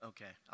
Okay